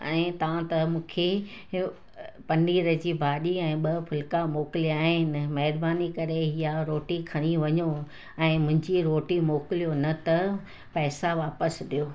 ऐं तव्हां त मूंखे पनीर जी भाॼी ऐं ॿ फुल्का मोकिलिया आहिनि महिरबानी करे हीअ रोटी खणी वञो ऐं मुंहिंजी रोटी मोकिलियो न त पैसा वापसि ॾियो